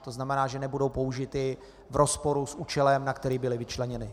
To znamená, že nebudou použity v rozporu s účelem, na který byly vyčleněny.